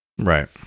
right